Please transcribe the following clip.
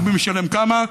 ומי משלם כמה.